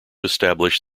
establish